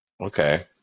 Okay